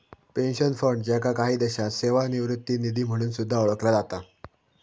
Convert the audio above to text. pension fund, ज्याका काही देशांत सेवानिवृत्ती निधी म्हणून सुद्धा ओळखला जाता